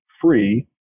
free